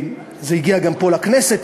זה הגיע גם פה לכנסת,